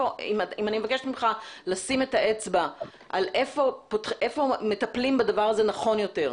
אם אני מבקשת ממך לשים את האצבע על היכן מטפלים בדבר הזה נכון יותר.